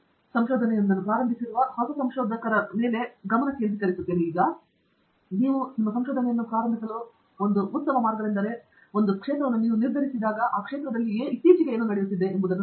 ಹಾಗಾಗಿ ಸಂಶೋಧನೆಯೊಂದನ್ನು ಪ್ರಾರಂಭಿಸಿರುವ ಹೊಸ ಸಂಶೋಧಕನ ಮೇಲೆ ಗಮನ ಕೇಂದ್ರೀಕರಿಸುತ್ತಿದ್ದೇನೆ ಮತ್ತು ನಿಮ್ಮ ಸಂಶೋಧನೆಯನ್ನು ಪ್ರಾರಂಭಿಸಲು ಒಂದು ಉತ್ತಮ ಮಾರ್ಗವೆಂದರೆ ನಾವು ಹೊರಬರುವುದು ಮತ್ತು ಒಮ್ಮೆ ನೀವು ಪ್ರದೇಶ ಮತ್ತು ಪ್ರದೇಶವನ್ನು ನಿರ್ಧರಿಸಿದರೆ ಒಮ್ಮೆ ಹೋಗಿ ಮತ್ತು ಆ ಪ್ರದೇಶದಲ್ಲಿ ಇತ್ತೀಚಿನ ಏನು ನಡೆಯುತ್ತಿದೆ ಎಂಬುದನ್ನು ನೋಡಿ